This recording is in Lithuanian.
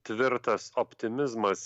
tvirtas optimizmas